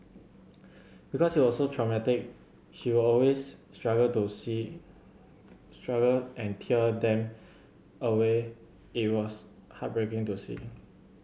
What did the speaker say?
because it was so traumatic she would always struggle to say struggle and tear them away it was heartbreaking to see